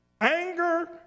anger